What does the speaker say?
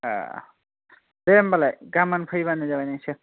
ए दे होम्बालाय गाबोन फैबानो जाबाय नोंसोर